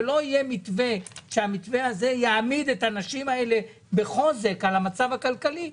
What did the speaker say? ולא יהיה מתווה שהמתווה הזה יעמיד את הנשים האלה בחוזק על המצב הכלכלי.